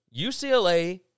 UCLA